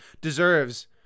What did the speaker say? deserves